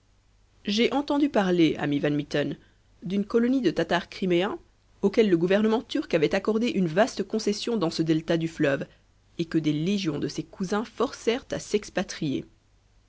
j'ai entendu parler ami van mitten d'une colonie de tatars criméens auxquels le gouvernement turc avait accordé une vaste concession dans ce delta du fleuve et que des légions de ces cousins forcèrent à s'expatrier